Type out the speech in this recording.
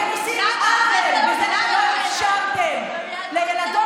אתם עושים עוול בזה שלא אפשרתם לילדות